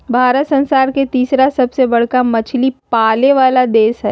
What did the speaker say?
भारत संसार के तिसरा सबसे बडका मछली पाले वाला देश हइ